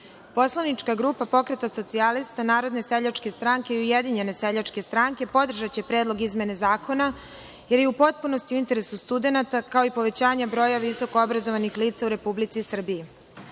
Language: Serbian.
poslanička grupa Pokreta socijalista Narodne seljačke stranke, i Ujedinjene seljačke stranke, podržaće predlog izmene zakona, jer je u potpunosti interesu studenata, kao i povećanja broja visokoobrazovanih lica u Republici Srbiji. Ove